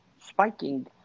spiking